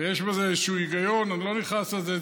ויש בזה איזשהו היגיון, אני לא נכנס לזה.